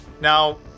Now